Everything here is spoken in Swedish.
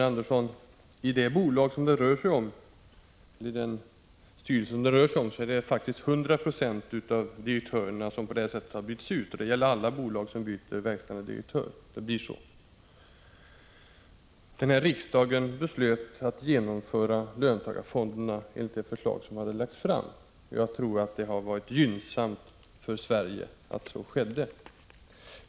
Herr talman! I den styrelse som det rör sig om är det faktiskt 100 90 av direktörerna som har bytts ut. Det blir så i alla bolag som byter verkställande direktör. Riksdagen beslöt att genomföra löntagarfonderna enligt det förslag som hade lagts fram. Jag tror att det har varit gynnsamt för Sverige att så skedde.